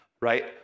right